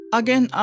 again